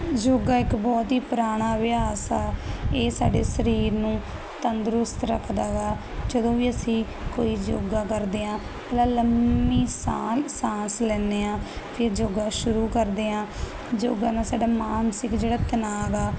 ਯੋਗਾ ਇੱਕ ਬਹੁਤ ਹੀ ਪੁਰਾਣਾ ਅਭਿਆਸ ਆ ਇਹ ਸਾਡੇ ਸਰੀਰ ਨੂੰ ਤੰਦਰੁਸਤ ਰੱਖਦਾ ਵਾ ਜਦੋਂ ਵੀ ਅਸੀਂ ਕੋਈ ਯੋਗਾ ਕਰਦੇ ਆਂ ਲ ਲੰਮੀ ਸਾਂ ਸਾਂਸ ਲੈਦੇ ਆਂ ਫਿਰ ਯੋਗਾ ਸ਼ੁਰੂ ਕਰਦੇ ਆਂ ਯੋਗਾ ਨਾਲ ਸਾਡਾ ਮਾਨਸਿਕ ਜਿਹੜਾ ਤਨਾਅ ਗਾ